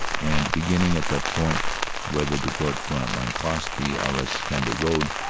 and, beginning at the point where the drocourt-queant line crossed the arras cambrai road,